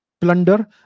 plunder